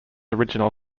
original